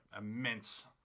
immense